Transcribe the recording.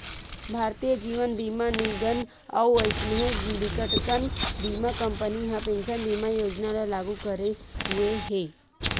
भारतीय जीवन बीमा निगन अउ अइसने बिकटकन बीमा कंपनी ह पेंसन बीमा योजना ल लागू करे हुए हे